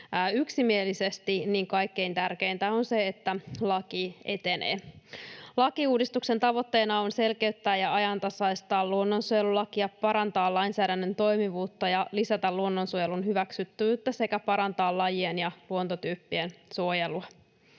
yksimielisesti — niin kaikkein tärkeintä on se, että laki etenee. Lakiuudistuksen tavoitteena on selkeyttää ja ajantasaistaa luonnonsuojelulakia, parantaa lainsäädännön toimivuutta ja lisätä luonnonsuojelun hyväksyttävyyttä sekä parantaa lajien ja luontotyyppien suojelua.